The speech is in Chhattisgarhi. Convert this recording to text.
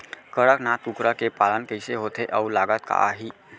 कड़कनाथ कुकरा के पालन कइसे होथे अऊ लागत का आही?